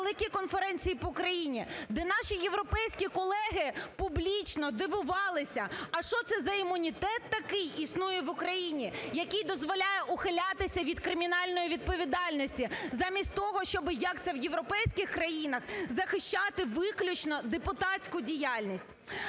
великій конференції по Україні, де наші європейські колеги публічно дивувалися, а що це за імунітет такий існує в Україні, який дозволяє ухилятися від кримінальної відповідальності замість того, щоб, як це в європейських країнах, захищати виключно депутатську діяльність.